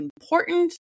important